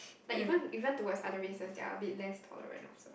like even even towards other races they are a bit less tolerant also